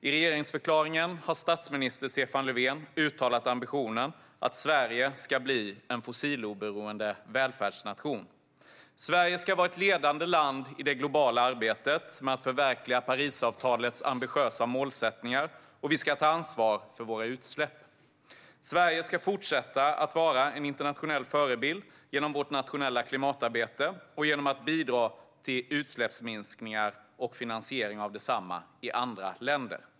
I regeringsförklaringen har statsminister Stefan Löfven uttalat ambitionen att Sverige ska bli en fossiloberoende välfärdsnation. Sverige ska vara ett ledande land i det globala arbetet med att förverkliga Parisavtalets ambitiösa målsättningar, och vi ska ta ansvar för våra utsläpp. Sverige ska fortsätta att vara en internationell förebild genom vårt nationella klimatarbete och genom att bidra till utsläppsminskningar och finansiering av dem i andra länder.